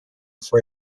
for